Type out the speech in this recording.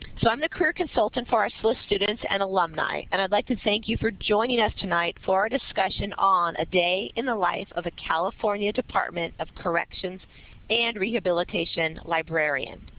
so, i'm the career consultant for so students and alumni. and i'd like to thank you for joining us tonight for our discussion on a day in the life of a california department of corrections and rehabilitation librarian.